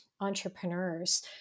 entrepreneurs